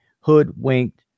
hoodwinked